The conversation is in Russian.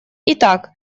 итак